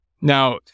Now